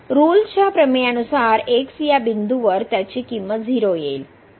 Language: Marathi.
रोल्सच्या प्रमेयानुसार x या बिंदूवर त्याची किंमत 0येईल